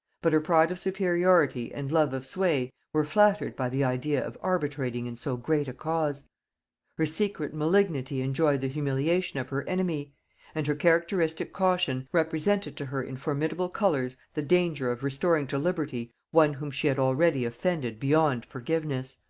but her pride of superiority and love of sway were flattered by the idea of arbitrating in so great a cause her secret malignity enjoyed the humiliation of her enemy and her characteristic caution represented to her in formidable colors the danger of restoring to liberty one whom she had already offended beyond forgiveness.